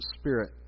spirit